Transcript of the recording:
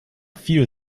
viel